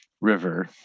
River